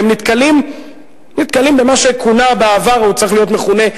והם נתקלים במה שכונה בעבר והוא צריך להיות מכונה,